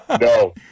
no